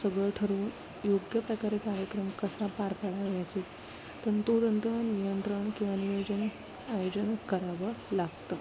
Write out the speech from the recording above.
सगळं ठरवून योग्य प्रकारे कार्यक्रम कसा पार पाडावयचे तंतोतंत नियंत्रण किंवा नियोजन आयोजन करावं लागतं